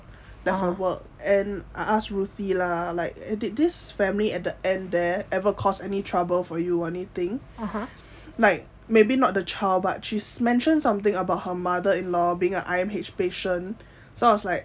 and I asked ruthie lah like did this family at the end there ever caused any trouble for you anything like maybe not the child but she's mentioned something about her mother-in-law being a I_M_H patient so I was like